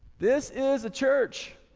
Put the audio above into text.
this is a church.